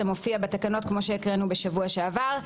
זה מופיע בתקנות כמו שהקראנו בשבוע שעבר.